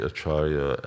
Acharya